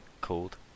Called